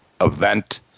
event